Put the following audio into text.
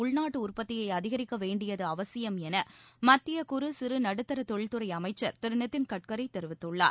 உள்நாட்டு உற்பத்தியை அதிகரிக்க வேண்டியது அவசியம் என மத்திய குறு சிறு நடுத்தர தொழில் துறை அமைச்சர் திரு நிதின் கட்கரி தெரிவித்துள்ளார்